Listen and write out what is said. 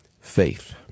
Faith